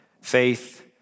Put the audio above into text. Faith